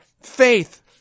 faith